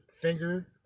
finger